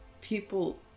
people